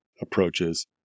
approaches